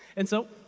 and so,